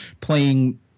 playing